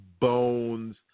bones